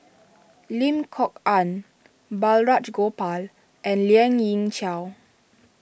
Lim Kok Ann Balraj Gopal and Lien Ying Chow